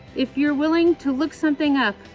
if you're willing to look something up,